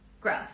growth